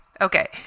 Okay